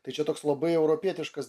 tai čia toks labai europietiškas